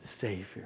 Savior